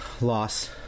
Loss